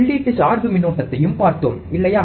உள்ளீட்டு சார்பு மின்னோட்டத்தையும் பார்த்தோம் இல்லையா